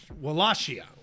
Wallachia